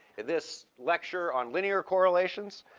this lecture on linear correlations.